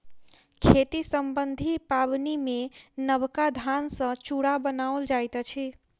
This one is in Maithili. खेती सम्बन्धी पाबनिमे नबका धान सॅ चूड़ा बनाओल जाइत अछि